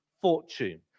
fortune